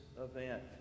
event